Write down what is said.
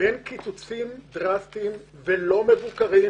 בין קיצוצים דרסטיים ולא מבוקרים,